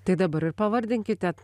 tai dabar ir pavardinkite